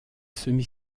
semi